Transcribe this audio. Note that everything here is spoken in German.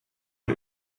und